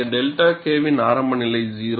இங்கே 𝛅 K வின் ஆரம்ப நிலை 0